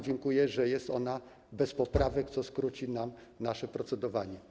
Dziękuję, że jest ona bez poprawek, co skróci nam nasze procedowanie.